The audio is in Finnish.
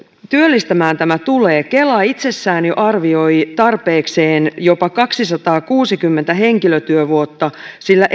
työllistämään tämä tulee kela itsessään jo arvioi tarpeekseen jopa kaksisataakuusikymmentä henkilötyövuotta sillä